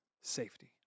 safety